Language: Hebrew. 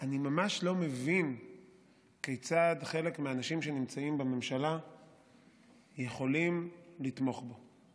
אני ממש לא מבין כיצד חלק מהאנשים שנמצאים בממשלה יכולים לתמוך בו.